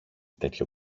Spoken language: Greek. τέτοιο